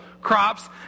crops